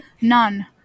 none